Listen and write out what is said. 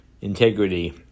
integrity